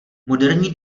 moderní